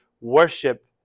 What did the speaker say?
worship